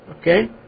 okay